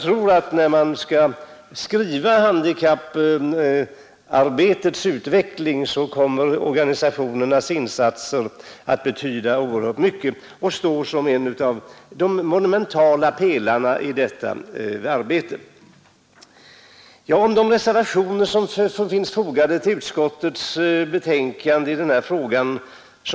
När man en gång skriver handikapp Onsdagen den verksamhetens historia tror jag organisationernas insatser kommer att få 4 april 1973 en mycket framskjuten plats och att organisationerna själva kommer att —————-: framstå som den monumentala pelaren i det arbetet.